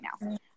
now